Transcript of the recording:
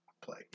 play